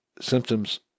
symptoms